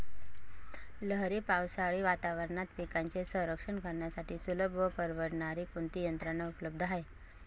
लहरी पावसाळी वातावरणात पिकांचे रक्षण करण्यासाठी सुलभ व परवडणारी कोणती यंत्रणा उपलब्ध आहे?